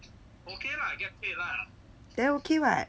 then okay [what]